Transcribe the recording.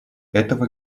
этого